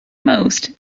most